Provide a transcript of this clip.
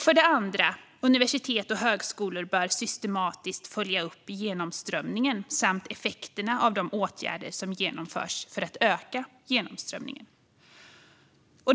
För det andra bör universitet och högskolor systematiskt följa upp genomströmningen samt effekterna av de åtgärder som genomförs för att öka genomströmningen.